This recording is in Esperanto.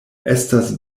estas